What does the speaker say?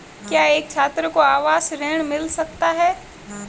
क्या एक छात्र को आवास ऋण मिल सकता है?